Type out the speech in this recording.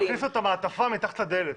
מכניס את המעטפה מתחת לדלת.